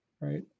right